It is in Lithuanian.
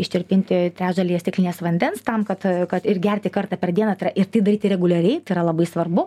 ištirpinti trečdalyje stiklinės vandens tam kad kad ir gerti kartą per dieną tai yra ir tai daryti reguliariai tai yra labai svarbu